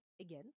again